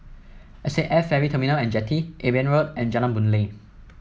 S A F Ferry Terminal at Jetty Eben Road and Jalan Boon Lay